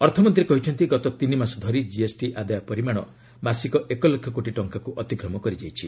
ଅର୍ଥମନ୍ତୀ କହିଛନ୍ତି ଗତ ତିନି ମାସ ଧରି ଜିଏସ୍ଟି ଆଦାୟ ପରିମାଣ ମାସିକ ଏକ ଲକ୍ଷ କୋଟି ଟଙ୍କାକୁ ଅତିକ୍ରମ କରିଯାଇଛି